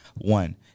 One